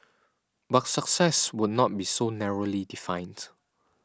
but success would not be so narrowly defined